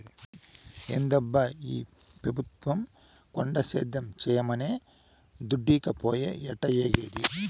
ఏందబ్బా ఈ పెబుత్వం కొండ సేద్యం చేయమనె దుడ్డీకపాయె ఎట్టాఏగేది